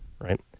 Right